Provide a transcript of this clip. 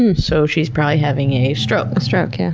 and so she's probably having a stroke. a stroke. yeah.